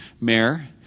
Mayor